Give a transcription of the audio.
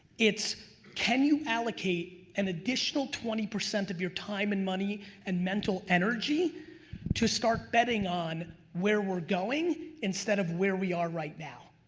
it's can you allocate an additional twenty percent of your time and money and mental energy to start betting on where we're going instead of where we are right now?